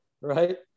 Right